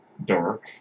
dark